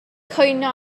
cwyno